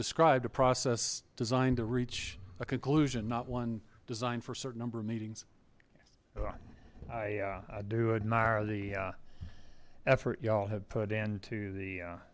described a process designed to reach a conclusion not one designed for certain number of meetings i do admire the effort y'all have put into the